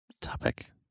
topic